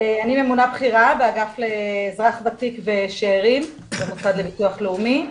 אני ממונה בכירה באגף לאזרח ותיק ושאירים במוסד לביטוח לאומי.